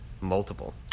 multiple